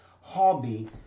hobby